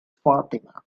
fatima